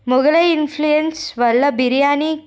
Mughlai influence వల్ల బిర్యానీ